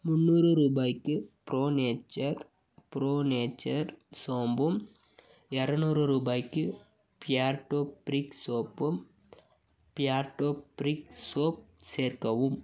முந்நூறு ரூபாய்க்கு pro nature pro nature சோம்பும் இரநூறு ரூபாய்க்கு பியார்டோ ப்ரிக் சோப்பும் பியார்டோ ப்ரிக் சோப் சேர்க்கவும்